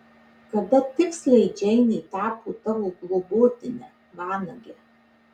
kada tiksliai džeinė tapo tavo globotine vanage